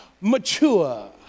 mature